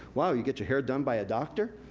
wow, you get your hair done by a doctor?